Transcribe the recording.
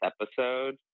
episode